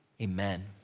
amen